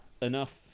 enough